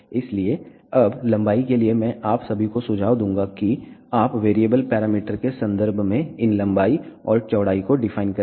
इसलिए अब लंबाई के लिए मैं आप सभी को सुझाव दूंगा कि आप वेरिएबल पैरामीटर के संदर्भ में इन लंबाई और चौड़ाई को डिफाइन करें